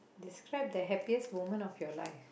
describe the happiest moment of your life